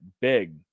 big